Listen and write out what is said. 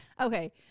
okay